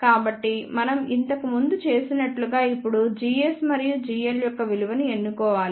కాబట్టి మనం ఇంతకు ముందు చేసినట్లుగా ఇప్పుడు gs మరియు gl యొక్క విలువను ఎన్నుకోవాలి